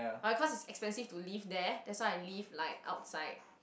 but because is expensive to live there that's why I live like outside